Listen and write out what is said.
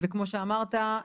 וכמו שאמרת,